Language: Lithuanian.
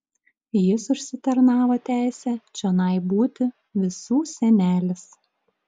jis užsitarnavo teisę čionai būti visų senelis